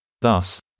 Thus